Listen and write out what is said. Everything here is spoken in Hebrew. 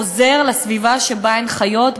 חוזר לסביבה שבה הן חיות,